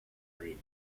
abril